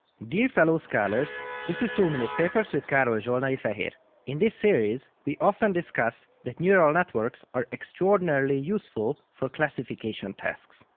dear fellow scholars, this is two minute papers with karoly kind of zsolnai-feher. in this series, we often discuss that neural networks are extraordinarily useful for classification tasks.